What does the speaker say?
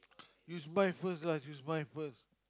use mine first lah use mine first